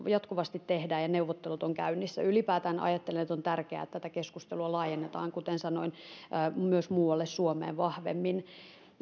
jatkuvasti tehdään ja neuvottelut on käynnissä ylipäätään ajattelen että on tärkeää että tätä keskustelua laajennetaan kuten sanoin myös muualle suomeen vahvemmin